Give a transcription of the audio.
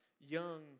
young